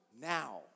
now